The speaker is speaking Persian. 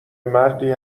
مردی